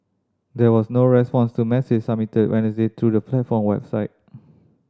there was no response to message submitted Wednesday through the platform website